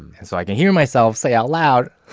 and so i can hear myself say out loud,